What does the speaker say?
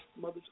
Mother